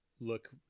look